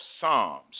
Psalms